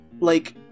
like-